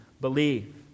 believe